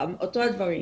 אותם דברים.